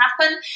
happen